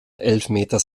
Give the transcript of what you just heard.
elfmeter